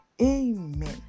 Amen